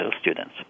students